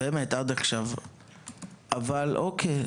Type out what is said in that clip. אוקיי,